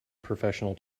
professional